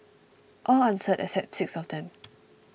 all answered except six of them